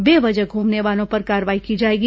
बेवजह घूमने वालों पर कार्रवाई की जाएगी